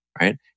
right